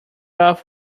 off